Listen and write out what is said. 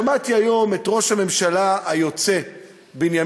שמעתי היום את ראש הממשלה היוצא בנימין